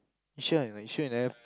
you sure or not you sure you never